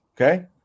Okay